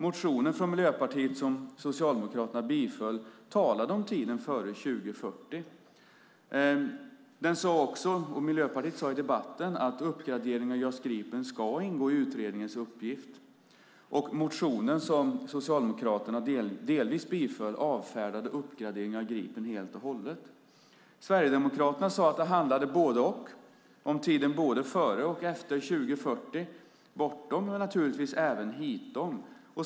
Motionen från Miljöpartiet, som Socialdemokraterna biföll, talade om tiden före 2040. Den sade också, och Miljöpartiet sade i debatten, att uppgradering av JAS Gripen ska ingå i utredningens uppgift. Men motionen som Socialdemokraterna delvis biföll avfärdade uppgradering av Gripen helt och hållet. Sverigedemokraterna sade att det handlade om både-och, om tiden både före och efter 2040, bortom och naturligtvis även hitom.